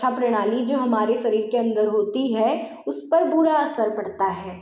रक्षा प्रणाली जो हमारे शरीर के अंदर होती है उस पर बुरा असर पड़ता है